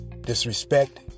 disrespect